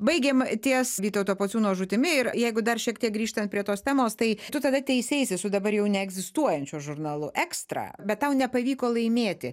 baigėm ties vytauto pociūno žūtimi ir jeigu dar šiek tiek grįžtant prie tos temos tai tu tada teiseisi su dabar jau neegzistuojančiu žurnalu ekstra bet tau nepavyko laimėti